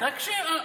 תקשיב.